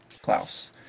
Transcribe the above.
Klaus